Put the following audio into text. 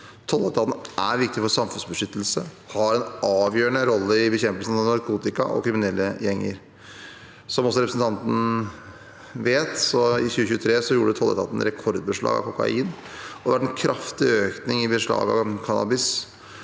Tolletaten er viktig for samfunnsbeskyttelse og har en avgjørende rolle i bekjempelsen av narkotika og kriminelle gjenger. Som også representanten vet, gjorde tolletaten i 2023 rekordbeslag av kokain, og det har vært en kraftig økning i beslagene av cannabis